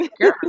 girl